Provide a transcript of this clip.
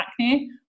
acne